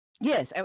Yes